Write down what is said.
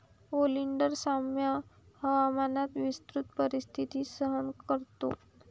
oleander सौम्य हवामानात विस्तृत परिस्थिती सहन करतो